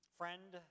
friend